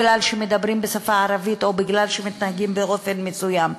כי מדברים בשפה הערבית או מתנהגים באופן מסוים.